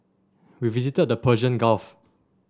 we visited the Persian Gulf